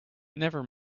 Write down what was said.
never